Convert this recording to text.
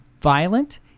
violent